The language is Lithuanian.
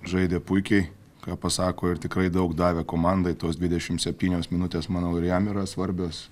žaidė puikiai ką pasako ir tikrai daug davė komandai tos dvidešim septynios minutės manau ir jam yra svarbios